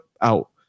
out